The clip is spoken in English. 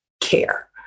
care